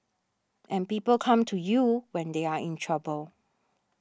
and people come to you when they are in trouble